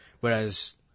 Whereas